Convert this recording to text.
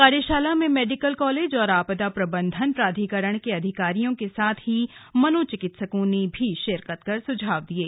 कार्यशाला में medical college और आपदा प्रबंधन प्राधिकरण के अधिकारियों के साथ ही मनोचिकित्सकों ने भी शिरकत कर सुझाव दिये